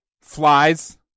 flies